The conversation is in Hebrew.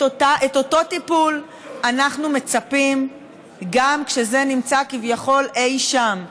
לאותו טיפול אנחנו מצפים גם כשזה נמצא כביכול אי שם,